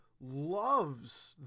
loves